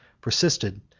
persisted